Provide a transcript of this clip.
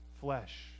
flesh